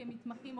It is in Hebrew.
כמתמחים,